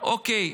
אוקיי,